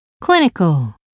Clinical